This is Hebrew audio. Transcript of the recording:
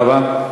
תודה רבה.